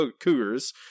cougars